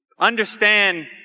Understand